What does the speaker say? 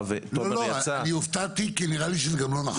--- לא אני הופתעתי כי נראה לי שזה לא נכון.